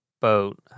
boat